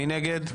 מי נגד?